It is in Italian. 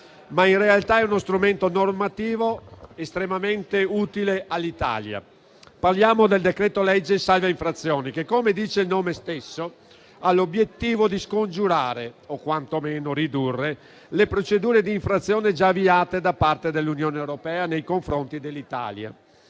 ma in realtà è uno strumento normativo estremamente utile per l'Italia. Parliamo del decreto-legge salva infrazioni che - come si evince dal nome stesso - ha l'obiettivo di scongiurare o quantomeno ridurre le procedure di infrazione già avviate da parte dell'Unione europea nei confronti dell'Italia